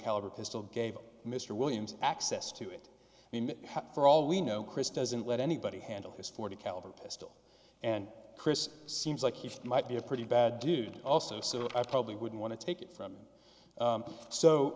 caliber pistol gave mr williams access to it for all we know chris doesn't let anybody handle his forty caliber pistol and chris seems like he might be a pretty bad dude also so i probably wouldn't want to take it from him so